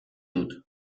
dut